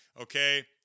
okay